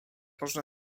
można